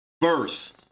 Birth